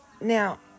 Now